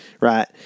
right